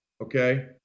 okay